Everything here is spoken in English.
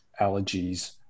allergies